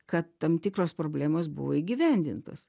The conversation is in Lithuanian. kad tam tikros problemos buvo įgyvendintos